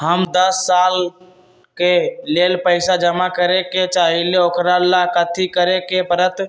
हम दस साल के लेल पैसा जमा करे के चाहईले, ओकरा ला कथि करे के परत?